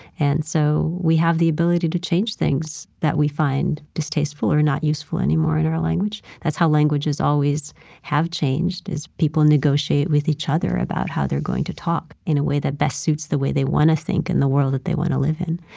and so we have the ability to change things that we find distasteful or not useful anymore in our language that's how languages always have changed, is people negotiate with each other about how they're going to talk, in a way that best suits the way they want to think and the world that they want to live in,